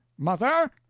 mother!